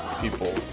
people